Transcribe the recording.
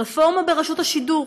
רפורמה ברשות השידור.